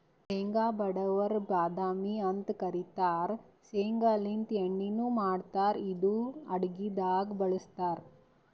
ಶೇಂಗಾ ಬಡವರ್ ಬಾದಾಮಿ ಅಂತ್ ಕರಿತಾರ್ ಶೇಂಗಾಲಿಂತ್ ಎಣ್ಣಿನು ಮಾಡ್ತಾರ್ ಇದು ಅಡಗಿದಾಗ್ ಬಳಸ್ತಾರ್